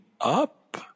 up